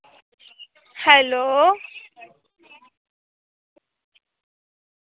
hello